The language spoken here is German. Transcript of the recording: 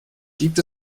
gibt